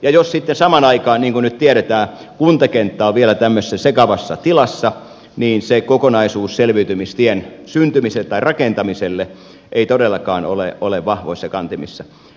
ja jos sitten samaan aikaan niin kuin nyt tiedetään kuntakenttä on vielä tämmöisessä sekavassa tilassa niin se kokonaisuus selviytymistien rakentamiselle ei todellakaan ole vahvoissa kantimissa